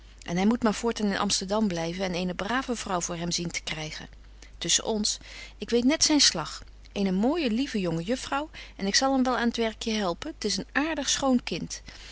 en hy moet maar voortaan in amsterdam blyven en eene brave vrouw voor hem zien te krygen tusschen ons ik weet net zyn slag eene mooije lieve jonge juffrouw en ik zal hem wel aan t werkje helpen t is een aartig schoon kind